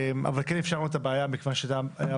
כן אפשר להעלות את הבעיה כיוון שאנחנו